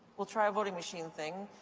we'll try a voting machine thing.